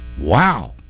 Wow